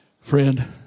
Friend